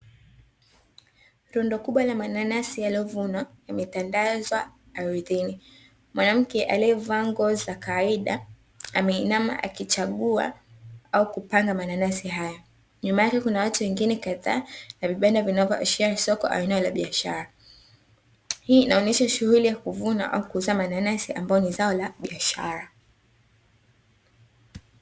Rundo kubwa la mananasi yaliyovunwa, yametandazwa ardhini, mwanamke aliyevaa nguo za kawaida, ameinama akichagua au kupanga mananasi hayo, nyuma yake kuna watu wengine kadhaa na vibanda vinavyoashiria ni soko aina ya biashara. Hii inaonyesha shughuli kuuza au kununua mananasi ambalo ni zao la biashara.